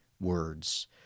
words